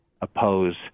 oppose